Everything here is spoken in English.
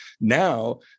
now